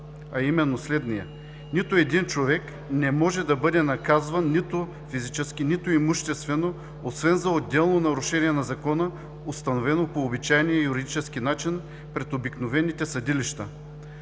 а именно следния: „Нито един човек не може да бъде наказван нито физически, нито имуществено, освен за отделно нарушение на закона, установено по обичайния юридически начин пред обикновените съдилища.“